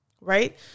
right